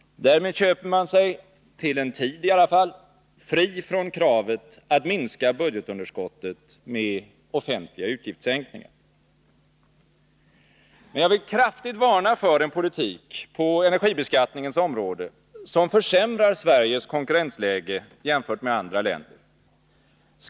Därmed köper man sig, till en tid i alla fall, fri från kravet att minska budgetunderskottet med offentliga utgiftssänkningar. Men jag vill kraftigt varna för en politik på energibeskattningens område, som försämrar Sveriges konkurrensläge jämfört med andra länders.